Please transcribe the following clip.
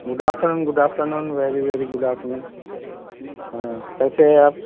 good afternoon good afternoon very very good afternoon ہاں کیسے ہے آپ